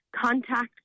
contact